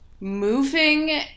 moving